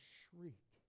shriek